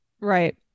Right